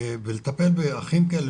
בלטפל באחים כאלה,